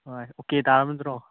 ꯍꯣꯏ ꯑꯣꯀꯦ ꯇꯥꯔꯕ ꯅꯠꯇ꯭ꯔꯣ